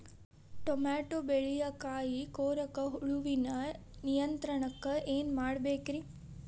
Tomato ಬೆಳೆಯ ಕಾಯಿ ಕೊರಕ ಹುಳುವಿನ ನಿಯಂತ್ರಣಕ್ಕ ಏನ್ ಮಾಡಬೇಕ್ರಿ?